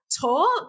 talk